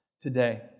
today